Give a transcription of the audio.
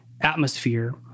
Atmosphere